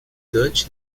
dutch